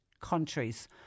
countries